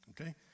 okay